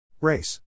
Race